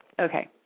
okay